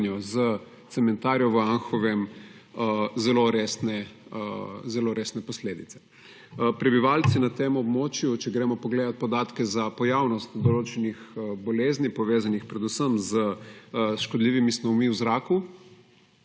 s cementarno v Anhovem zelo resne posledice. Prebivalci na tem območju, če gremo pogledat podatke za pojavnost določenih bolezni, povezanih predvsem s škodljivimi snovmi v zraku